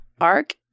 ARC